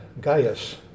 Gaius